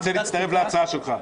רוצה להצטרף להצעה שלך.